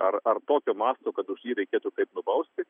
ar ar tokio masto kad už jį reikėtų taip nubausti